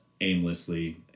aimlessly